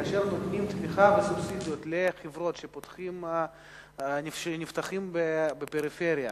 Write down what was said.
כאשר נותנים תמיכה בסובסידיות לחברות שנפתחות בפריפריה,